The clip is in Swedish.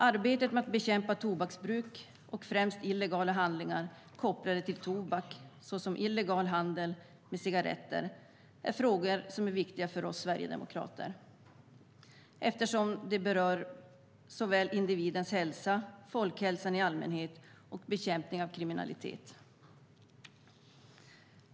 Arbetet med att bekämpa tobaksbruk och framför allt illegala handlingar kopplade till tobak, såsom illegal handel med cigaretter, är viktigt för oss sverigedemokrater, eftersom det berör såväl individens hälsa och folkhälsan i allmänhet som bekämpning av kriminalitet.